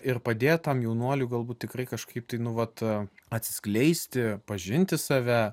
ir padėt tam jaunuoliui galbūt tikrai kažkaip tai nu vat atsiskleisti pažinti save